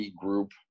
group